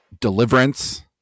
deliverance